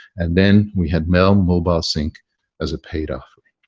and then we had realm mobile sync as a paid offering.